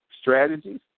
strategies